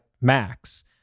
max